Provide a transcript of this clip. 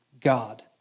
God